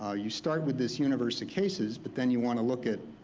ah you start with this universe of cases, but then you want to look at